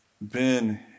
Ben